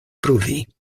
pruvi